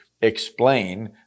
explain